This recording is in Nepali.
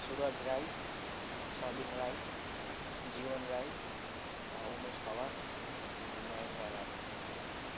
सुरज राई सबिन राई जीवन राई उमेश खवास अनि नहेन्द्र राई